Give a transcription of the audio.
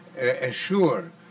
assure